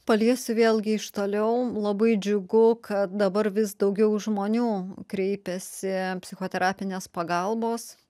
paliesiu vėlgi iš toliau labai džiugu kad dabar vis daugiau žmonių kreipiasi psichoterapinės pagalbos